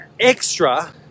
extra